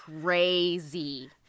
Crazy